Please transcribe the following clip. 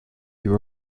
you